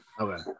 Okay